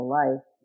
life